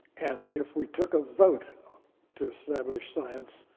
and if we took a vote to establish science,